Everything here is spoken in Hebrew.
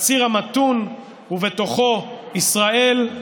הציר המתון, ובתוכו ישראל,